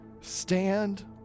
Stand